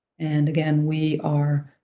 and again, we are